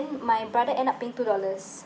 my brother end up paying two dollars